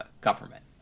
government